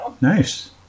nice